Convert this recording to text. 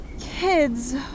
Kids